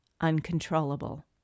uncontrollable